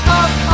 up